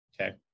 Okay